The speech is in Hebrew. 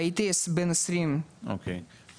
הייתי בן 20. אוקיי,